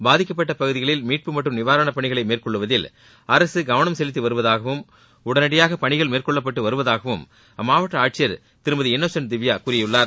பாதிக்கப்பட்ட பகுதிகளில் மீட்பு மற்றும் நிவாரணப் பணிகளை மேற்கொள்வதில் அரசு கவனம் செலுத்தி வருவதாகவும் உடனடியாக பணிகள் மேற்கொள்ளப்பட்டு வருவதாகவும் அம்மாவட்ட ஆட்சியர் திருமதி இன்னோசன்ட் திவ்யா கூறியுள்ளார்